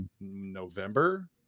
November